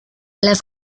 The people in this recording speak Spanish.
las